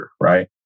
right